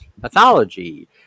pathology